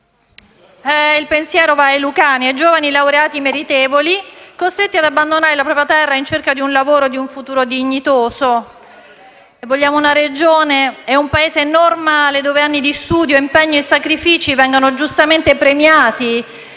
mio pensiero va ai lucani, ai giovani laureati meritevoli, costretti ad abbandonare la propria terra in cerca di un lavoro e di un futuro dignitoso. *(Commenti della senatrice Bellanova)*. Vogliamo una Regione e un Paese normale, dove anni di studio, impegno e sacrifici vengano giustamente premiati